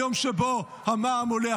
היום שבו המע"מ עולה,